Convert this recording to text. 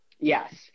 Yes